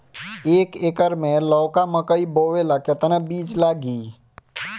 एक एकर मे लौका मकई बोवे ला कितना बिज लागी?